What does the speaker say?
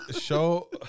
show